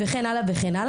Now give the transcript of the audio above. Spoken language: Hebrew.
וכן הלאה.